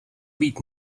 být